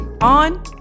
on